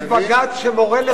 יש בג"ץ שמורה,